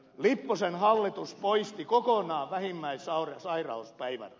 lipposen hallitus poisti kokonaan vähimmäissairauspäivärahan